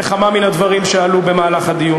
לכמה מן הדברים שעלו במהלך הדיון.